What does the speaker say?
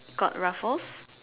got Raffles